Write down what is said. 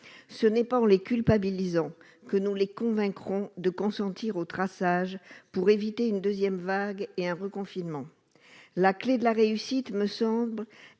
Ce n'est pas en les culpabilisant que nous convaincrons nos concitoyens de consentir au traçage pour éviter une deuxième vague et un reconfinement. La clé de la réussite consiste,